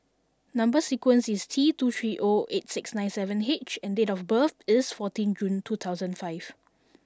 number sequence is T two three O eight six nine seven H and date of birth is fourteen June two thousand and five